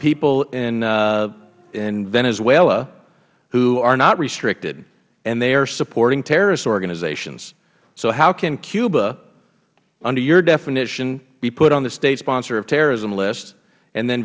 people in venezuela who are not restricted and they are supporting terrorist organizations so how can cuba under your definition be put on the state sponsor of terrorism list and then